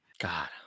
God